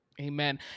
amen